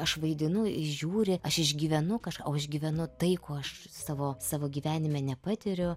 aš vaidinu ir žiūri aš išgyvenu kažką o išgyvenu tai ko savo savo gyvenime nepatiriu